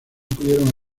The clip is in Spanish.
pudieron